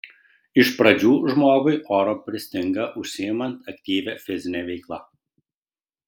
iš pradžių žmogui oro pristinga užsiimant aktyvia fizine veikla